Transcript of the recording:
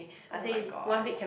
!oh-my-god!